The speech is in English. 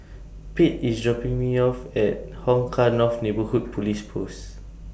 Pate IS dropping Me off At Hong Kah North Neighbourhood Police Post